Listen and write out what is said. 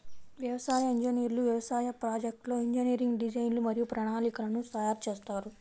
వ్యవసాయ ఇంజనీర్లు వ్యవసాయ ప్రాజెక్ట్లో ఇంజనీరింగ్ డిజైన్లు మరియు ప్రణాళికలను తయారు చేస్తారు